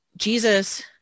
Jesus